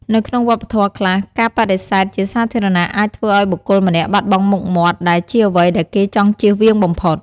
នៅក្នុងវប្បធម៌ខ្លះ ការបដិសេធជាសាធារណៈអាចធ្វើឲ្យបុគ្គលម្នាក់បាត់បង់មុខមាត់ ដែលជាអ្វីដែលគេចង់ជៀសវាងបំផុត។